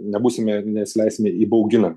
nebūsime nesileisime įbauginami